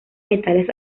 metales